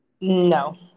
No